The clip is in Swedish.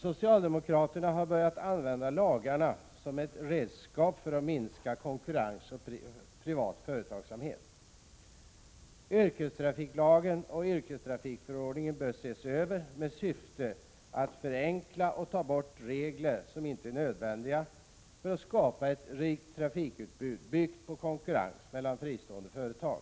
Socialdemokraterna har börjat använda lagarna som ett redskap för att minska konkurrens och privat företagsamhet. Yrkestrafiklagen och yrkestrafikförordningen bör ses över med syfte att förenkla och ta bort de regler som ej är nödvändiga för att skapa ett rikt trafikutbud byggt på konkurrens mellan fristående företag.